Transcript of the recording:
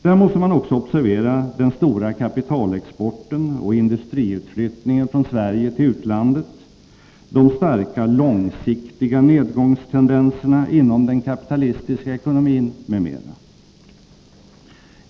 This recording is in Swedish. Där måste man också observera den stora kapitalexporten och industriutflyttningen från Nr 9 Sverige till utlandet, de starka långsiktiga nedgångstendenserna inom den Onsdagen den kapitalistiska ekonomin m.m.